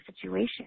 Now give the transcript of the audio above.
situation